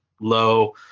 low